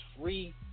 free